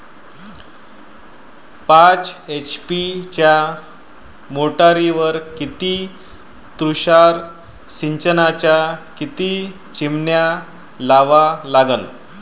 पाच एच.पी च्या मोटारीवर किती तुषार सिंचनाच्या किती चिमन्या लावा लागन?